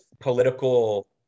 political